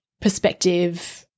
perspective